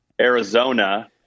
Arizona